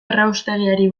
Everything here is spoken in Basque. erraustegiari